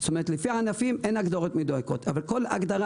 כלומר לפי ענפים אין הגדרות מדויקות אבל כל הגדרה